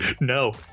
No